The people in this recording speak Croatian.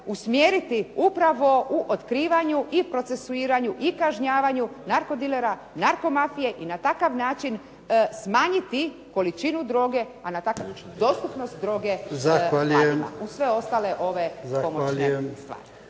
usmjeriti upravo u otkrivanju i procesuiranju i kažnjavanju narkodilera, narkomafije i na takav način smanjiti količinu droge, a na takav dostupnost droge… **Jarnjak, Ivan (HDZ)**